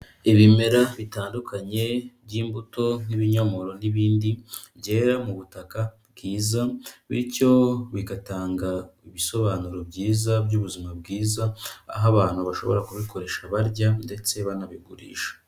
Ibimera bitandukanye by'imbuto nk'ibinyomoro n'ibindi, byera mu butaka bwiza bityo bigatanga ibisobanuro byiza by'ubuzima bwiza, aho abantu bashobora kubikoresha barya ndetse banabigurisha.